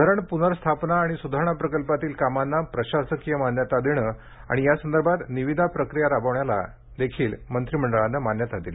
धरण प्नर्स्थापना आणि सुधारणा प्रकल्पातील कामांना प्रशासकीय मान्यता देण आणि या संदर्भात निविदा प्रक्रीया राबवण्याला देखील मंत्री मंडळानं मान्यता दिली